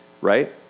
right